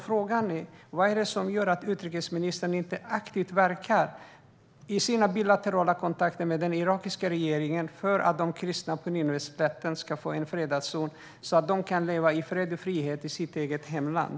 Frågan är: Vad är det som gör att utrikesministern inte aktivt verkar i sina bilaterala kontakter med den irakiska regeringen för att de kristna på Nineveslätten ska få en fredad zon så att de kan leva i fred och frihet i sitt eget hemland?